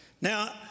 Now